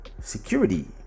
security